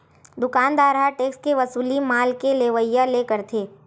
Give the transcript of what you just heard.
दुकानदार ह टेक्स के वसूली माल के लेवइया ले करथे